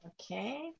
Okay